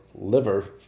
liver